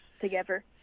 together